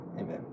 Amen